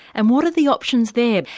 and what are the options there,